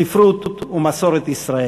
ספרות ומסורת ישראל.